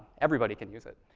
everybody can use it.